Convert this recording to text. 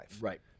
Right